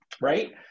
right